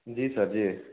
जी sir जी